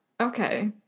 Okay